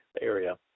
area